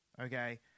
Okay